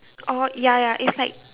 oh ya ya it's like